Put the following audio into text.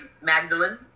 magdalene